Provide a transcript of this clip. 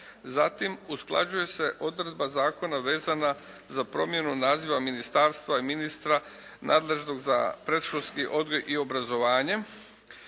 Zatim usklađuje se odredba zakona vezana za promjenu naziva ministarstva i ministra nadležnog za predškolski odgoj i obrazovanje.